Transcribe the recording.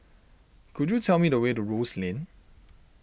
could you tell me the way to Rose Lane